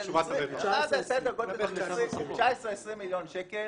20-19 מיליון שקל,